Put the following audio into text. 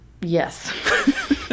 yes